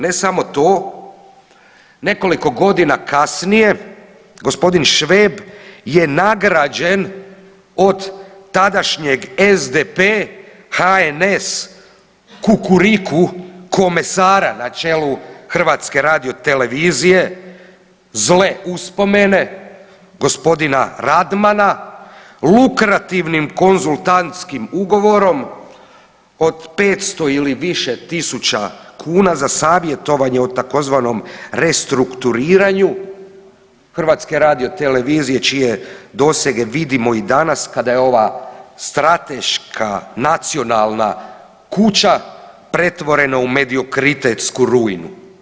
Ne samo to, nekoliko godina kasnije g. Šveb je nagrađen od tadašnjeg SDP-HNS kukuriku komesara na čelu HRT-a zle uspomene g. Radmina lukrativnim konzultantskim ugovorom od 500 ili više tisuća kuna za savjetovanje o tzv. restrukturiranju HRT-a, čije dosege vidimo i danas kada je ova strateška nacionalna kuća pretvorena u mediokritetsku ruinu.